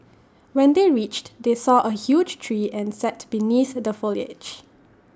when they reached they saw A huge tree and sat beneath the foliage